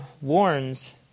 warns